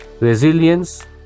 resilience